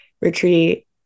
retreat